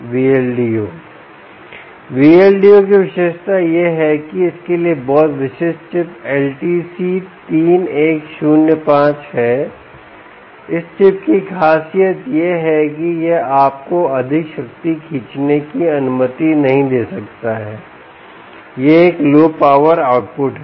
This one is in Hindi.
Vldo Vldo की विशेषता यह है इसके लिए बहुत विशिष्ट चिप LTC3105 है इस चिप की ख़ासियत यह है कि यह आपको अधिक शक्ति खींचने की अनुमति नहीं दे सकता है यह एक लो पावर आउटपुट है